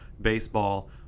baseball